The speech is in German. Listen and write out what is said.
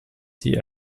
die